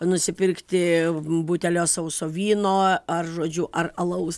nusipirkti butelio sauso vyno ar žodžiu ar alaus